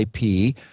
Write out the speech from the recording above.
IP